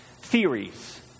theories